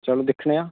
चल दिक्खनै आं